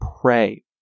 pray